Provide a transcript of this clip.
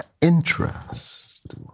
interest